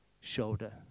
shoulder